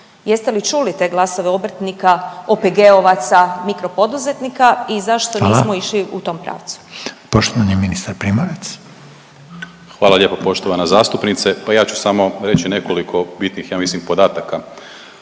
Jeste li čuli te glasove obrtnika, OPG-ovaca, micro poduzetnika i zašto nismo išli u tom pravcu? **Reiner, Željko (HDZ)** Hvala. Poštovani ministar Primorac. **Primorac, Marko** Hvala lijepo poštovana zastupnice. Pa ja ću samo reći nekoliko bitnih ja mislim podataka.